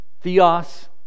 Theos